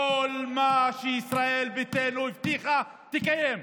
כל מה שישראל ביתנו הבטיחה, תקיים.